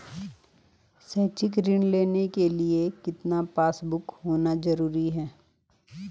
शैक्षिक ऋण लेने के लिए कितना पासबुक होना जरूरी है?